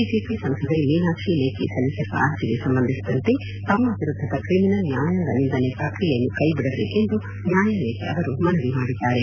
BJP ಸಂಸದೆ ಮೀನಾಕ್ಷಿ ಲೇಖಿ ಸಲ್ಲಿಸಿರುವ ಅರ್ಜಿ ಸಂಬಂಧಿಸಿದಂತೆ ತಮ್ಮ ವಿರುದ್ದದ ತ್ರಿಮಿನಲ್ ನ್ಹಾಯಾಂಗ ನಿಂದನೆ ಪ್ರಕ್ರಿಯೆಯನ್ನು ಕೈಬಿಡಬೇಕೆಂದು ನ್ಯಾಯಾಲಯಕ್ಕೆ ಅವರು ಮನವಿ ಮಾಡಿದ್ದಾರೆ